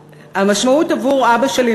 המשמעות עבור אבא שלי,